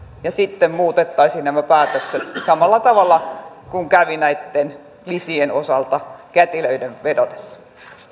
ja sitten muutettaisiin nämä päätökset samalla tavalla kuin kävi näitten lisien osalta kätilöiden vedotessa